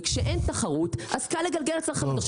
וכשאין תחרות אז קל לגלגל לצרכנים.